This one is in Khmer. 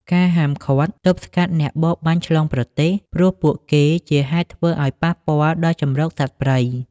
ការហាមឃាត់ទប់ស្កាត់អ្នកបរបាញ់ឆ្លងប្រទេស ព្រោះពួកគេជាហេតុធ្វើឲ្យប៉ះពាល់ដល់ជម្រកសត្វព្រៃ។